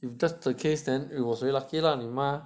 if that's the case then it was very lucky lah 你妈